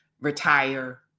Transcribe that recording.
retire